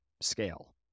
scale